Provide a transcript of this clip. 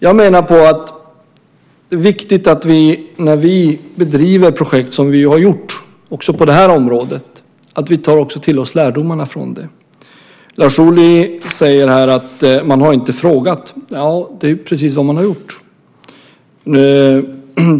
Jag menar att det är viktigt att vi när vi bedriver projekt, som vi ju har gjort också på det här området, också tar till oss lärdomarna från det. Lars Ohly säger här att man inte har frågat. Det är precis vad man har gjort.